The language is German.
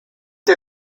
der